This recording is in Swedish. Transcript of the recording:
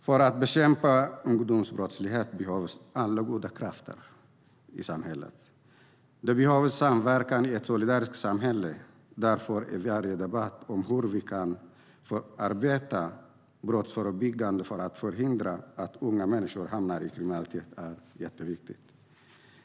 För att bekämpa ungdomsbrottslighet behövs alla goda krafter i samhället. Det behövs samverkan i ett solidariskt samhälle. Därför är varje debatt om hur vi kan arbeta brottsförebyggande för att förhindra att unga människor hamnar i kriminalitet jätteviktig.